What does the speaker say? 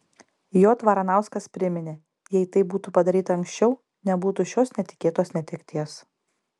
j varanauskas priminė jei tai būtų padaryta anksčiau nebūtų šios netikėtos netekties